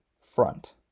front